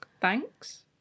Thanks